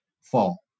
fall